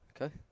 Okay